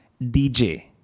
DJ